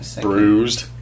Bruised